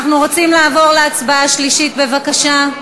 אנחנו רוצים לעבור להצבעה בקריאה שלישית, בבקשה.